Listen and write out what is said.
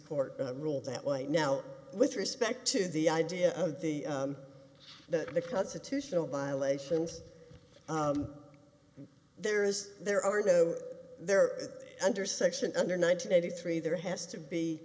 court ruled that way now with respect to the idea of the that the constitutional violations there is there are no there under section under nine hundred eighty three there has to be